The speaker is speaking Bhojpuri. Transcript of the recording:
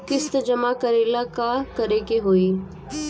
किस्त जमा करे ला का करे के होई?